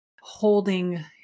holding